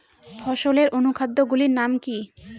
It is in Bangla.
ফসলের অনুখাদ্য গুলির নাম কি?